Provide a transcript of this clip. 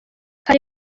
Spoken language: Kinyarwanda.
hari